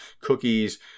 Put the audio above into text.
Cookies